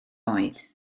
oed